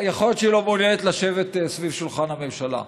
יכול להיות שהיא לא מעוניינת לשבת ליד שולחן הממשלה.